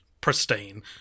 pristine